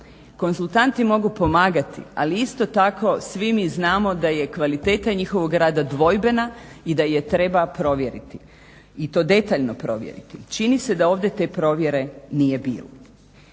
Konzultanti mogu pomagati ali isto tako svi mi znamo da je kvaliteta njihovog rada dvojbena i da je treba provjeriti i to detaljno provjeriti. Čini se da ovdje te provjere nije bilo.